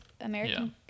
American